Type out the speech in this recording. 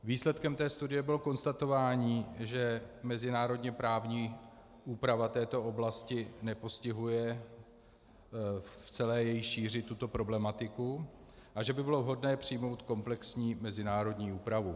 Výsledkem té studie bylo konstatování, že mezinárodněprávní úprava této oblasti nepostihuje v celé její šíři tuto problematiku a že by bylo vhodné přijmout komplexní mezinárodní úpravu.